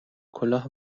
کلاه